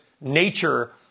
nature